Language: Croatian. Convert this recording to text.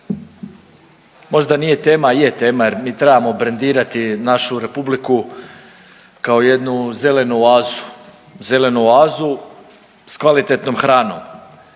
Možda nije tema, a je tema jer mi trebamo brendirati našu republiku kao jednu zelenu oazu, zelenu oazu s kvalitetnom hranom